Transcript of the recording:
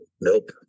Nope